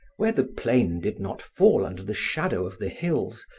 where the plain did not fall under the shadow of the hills,